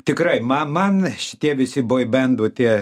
tikrai man šitie visi boibendų tie